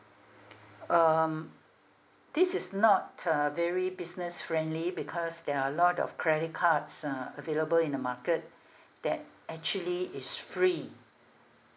um this is not uh very business friendly because there are a lot of credit cards uh available in the market that actually is free